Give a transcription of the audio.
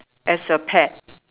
as a pet